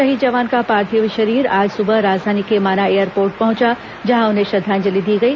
शहीद जवान का पार्थिव शरीर आज सुबह राजधानी के माना एयरपोर्ट पहुंचा जहां उन्हें श्रद्दांजलि दी गई